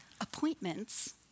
appointments